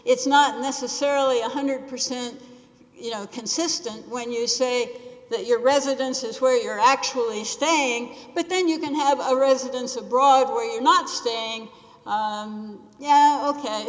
it's not necessarily one hundred percent consistent when you say that your residence is where you're actually staying but then you can have a residence abroad where you're not standing on yeah ok